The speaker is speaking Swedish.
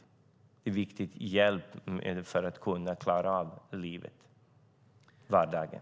Den är en viktig hjälp för att kunna klara vardagen.